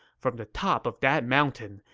from the top of that mountain,